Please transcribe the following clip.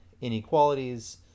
inequalities